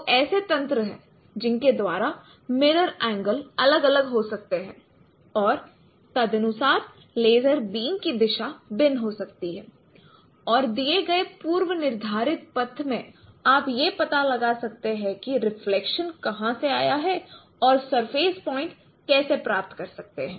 तो ऐसे तंत्र हैं जिनके द्वारा मिरर एंगल अलग अलग हो सकते हैं और तदनुसार लेज़र बीम की दिशा भिन्न हो सकती है और दिए गए पूर्व निर्धारित पथ में आप यह पता लगा सकते हैं कि रिफ्लेक्शन कहाँ से आया है और सरफेस पॉइंट कैसे प्राप्त कर सकते हैं